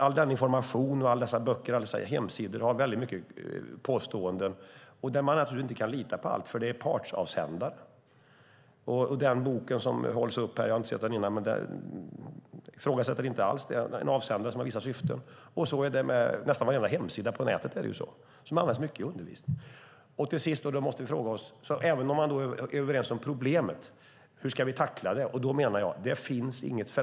All denna information, alla dessa böcker och alla dessa hemsidor innehåller väldigt många påståenden, och man kan naturligtvis inte lita på allt eftersom det är partsavsändare. Den bok som hålls upp här har jag inte sett tidigare. Jag ifrågasätter inte alls att det är en avsändare som har vissa syften, och så är det med nästan varenda hemsida på nätet som används mycket i undervisningen. Även om vi är överens om problemet måste vi fråga oss hur vi ska tackla det.